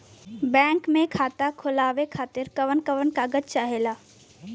Bank मे खाता खोलवावे खातिर कवन कवन कागज चाहेला?